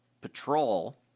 Patrol